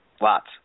Lots